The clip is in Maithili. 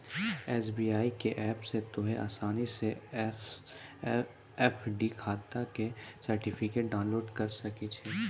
एस.बी.आई के ऐप से तोंहें असानी से एफ.डी खाता के सर्टिफिकेट डाउनलोड करि सकै छो